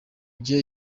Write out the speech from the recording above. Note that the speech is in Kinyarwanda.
gihe